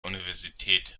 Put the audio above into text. universität